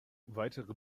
weitere